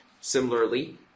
similarly